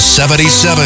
77